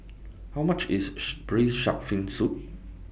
How much IS Braised Shark Fin Soup